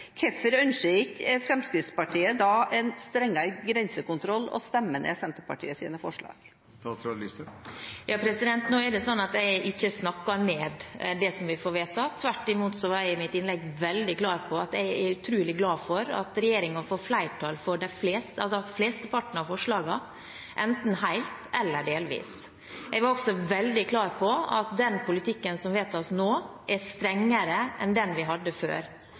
hvorfor ønsker ikke Fremskrittspartiet da en strengere grensekontroll, og stemmer ned Senterpartiets forslag? Nå er det slik at jeg ikke snakker ned det som vi får vedtatt. Tvert imot var jeg i mitt innlegg veldig klar på at jeg er utrolig glad for at regjeringen får flertall for flesteparten av forslagene – enten helt eller delvis. Jeg var også veldig klar på at den politikken som vedtas nå, er strengere enn den vi hadde før.